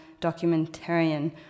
documentarian